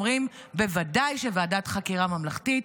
אומרים: ודאי שוועדת חקירה ממלכתית,